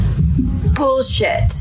bullshit